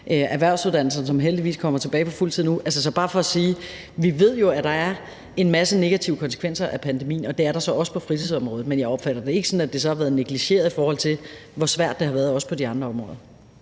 erhvervsuddannelserne, hvor de heldigvis kommer tilbage på fuld tid nu. Så det er bare for at sige, at vi jo ved, at der er en masse negative konsekvenser af pandemien, og det er der så også på fritidsområdet, men jeg opfatter det ikke sådan, at det så har været negligeret, i forhold til hvor svært det har været, også på de andre områder.